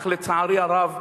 אך לצערי הרב,